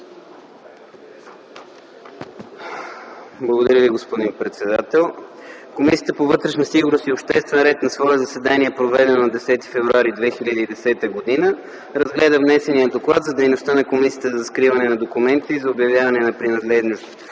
Благодаря Ви, господин председател. „Комисията по вътрешна сигурност и обществен ред на свое заседание, проведено на 10 февруари 2010 г., разгледа внесения доклад за дейността на комисията за разкриване на документите и за обявяване на принадлежност